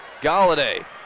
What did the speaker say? Galladay